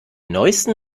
neusten